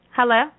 Hello